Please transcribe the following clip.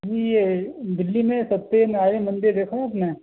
جی یہ دلّی میں ستیہ نارائن مندر دیکھا ہے آپ نے